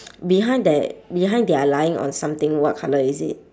behind that behind they're lying on something what colour is it